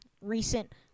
recent